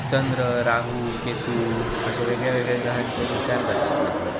चंद्र राहू केतू अशा वेग वेगळ्या ग्रहांचे विचार जाता तेतून